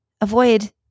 avoid